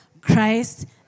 Christ